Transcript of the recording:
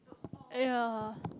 uh yeah